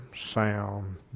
sound